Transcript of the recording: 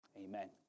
Amen